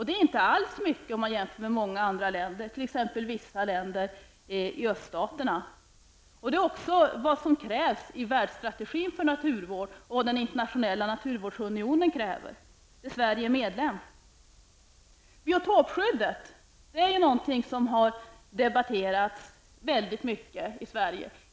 Det är inte alls mycket om man jämför med många andra länder, t.ex. vissa länder i öststaterna. Detta är också vad som krävs i världsstrategi för naturvård och vad Internationella naturvårdsunionen kräver, där Sverige är medlem. Biotopskyddet är något som har debatterats väldigt mycket i Sverige.